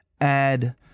add